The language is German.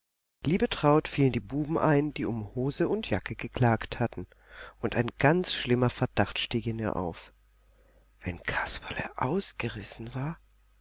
liebetraut fielen die buben ein die um hose und jacke geklagt hatten und ein ganz schlimmer verdacht stieg in ihr auf wenn kasperle ausgerissen war